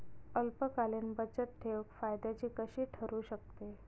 अल्पकालीन बचतठेव फायद्याची कशी ठरु शकते?